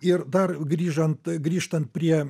ir dar grįžant grįžtant prie